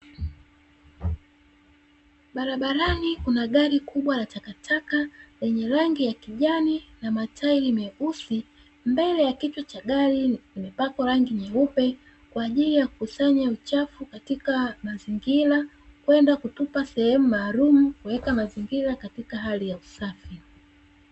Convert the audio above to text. Barabarani kuna gari kubwa la takataka lenye rangi ya kijani na matairi meusi mbele ya kichwa cha gari limepakwa rangi nyeupe, kwa ajili ya kukusanya uchafu katika mazingira kwenda kutupa sehemu maalumu kuweka mazingira katika hali usafi.